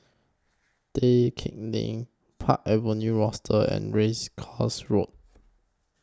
Tai Keng Lane Park Avenue Rochester and Race Course Road